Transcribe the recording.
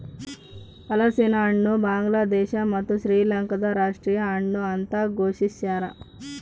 ಹಲಸಿನಹಣ್ಣು ಬಾಂಗ್ಲಾದೇಶ ಮತ್ತು ಶ್ರೀಲಂಕಾದ ರಾಷ್ಟೀಯ ಹಣ್ಣು ಅಂತ ಘೋಷಿಸ್ಯಾರ